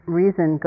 reason